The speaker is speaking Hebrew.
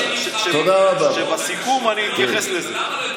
שבסיכום אני אתייחס לזה.